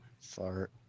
fart